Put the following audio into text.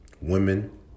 women